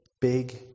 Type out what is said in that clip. big